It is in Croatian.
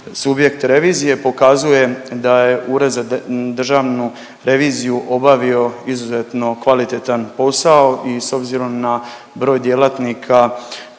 subjekt revizije pokazuje da Ured za državnu reviziju obavio izuzetno kvalitetan posao i s obzirom na broj djelatnika